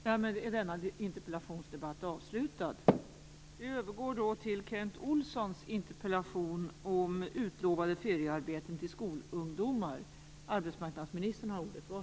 Peter Weibull Bernström hade föranmält en fråga till arbetsmarknadsministern. Har Peter Weibull Bernström en följdfråga? Det var i den avsikten Peter